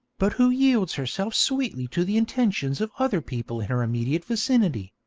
but who yields herself sweetly to the intentions of other people in her immediate vicinity